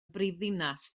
brifddinas